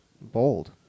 Bold